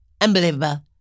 Unbelievable